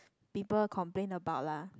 people complain about lah